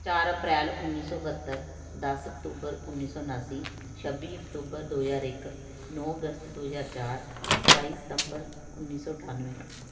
ਚਾਰ ਅਪ੍ਰੈਲ ਉੱਨੀ ਸੌ ਬਹੱਤਰ ਦਸ ਅਕਤੂਬਰ ਉੱਨੀ ਸੌ ਉਨਾਸੀ ਛੱਬੀ ਅਕਤੂਬਰ ਦੋ ਹਜ਼ਾਰ ਇੱਕ ਨੌ ਅਗਸਤ ਦੋ ਹਜ਼ਾਰ ਚਾਰ ਸਤਾਈ ਸਤੰਬਰ ਉੱਨੀ ਸੌ ਅਠਾਨਵੇਂ